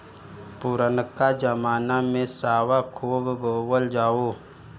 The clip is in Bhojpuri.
पुरनका जमाना में सावा खूब बोअल जाओ